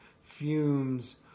fumes